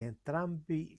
entrambi